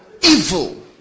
evil